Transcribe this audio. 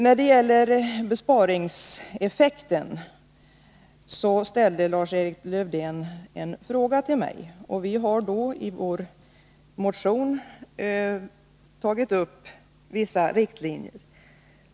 När det gäller besparingseffekten ställde Lars-Erik Lövdén en fråga till mig. Vi har i vår motion dragit upp vissa riktlinjer.